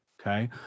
okay